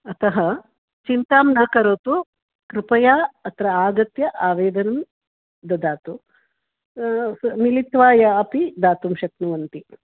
अतः चिन्तां न करोतु कृपया अत्र आगत्य आवेदनं ददातु मिलित्वा यापि दातुं शक्नुवन्ति